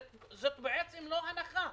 זה בעצם לא הנחה.